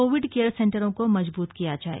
Covid care सेंटरों को मजबूत किया जाए